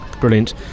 Brilliant